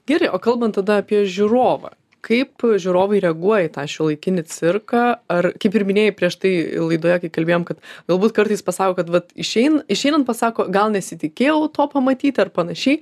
gerai o kalbant tada apie žiūrovą kaip žiūrovai reaguoja į tą šiuolaikinį cirką ar kaip ir minėjai prieš tai laidoje kai kalbėjom kad galbūt kartais pasako kad vat išein išeinant pasako gal nesitikėjau to pamatyti ar panašiai